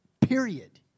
period